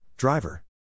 Driver